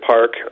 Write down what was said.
Park